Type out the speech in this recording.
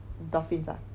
dolphins ah